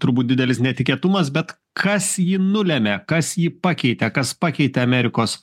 turbūt didelis netikėtumas bet kas jį nulemia kas jį pakeitė kas pakeitė amerikos